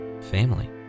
family